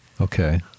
Okay